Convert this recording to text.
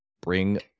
bring